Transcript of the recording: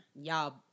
y'all